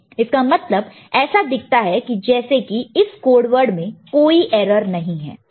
इसका मतलब ऐसा दिखता है जैसे कि इस कोड वर्ड में कोई एरर नहीं है